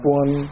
one